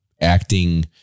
acting